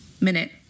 minute